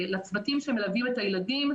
לצוותים שמלווים את הילדים,